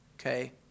Okay